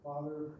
Father